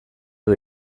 edo